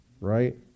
Right